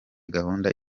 gahunda